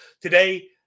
today